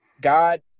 god